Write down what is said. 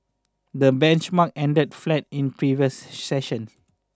the benchmark ended flat in previous session